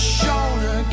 shoulder